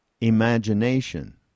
imagination